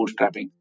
bootstrapping